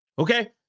Okay